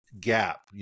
gap